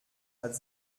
hat